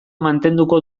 mantenduko